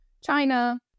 China